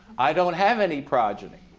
i don't have any progeny.